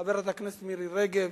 חברת הכנסת מירי רגב,